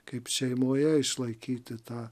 kaip šeimoje išlaikyti tą